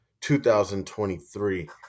2023